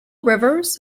rivers